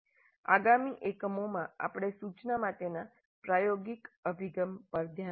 આગામી એકમમાં આપણે સૂચના માટેના પ્રાયોગિક અભિગમ પર ધ્યાન આપીશું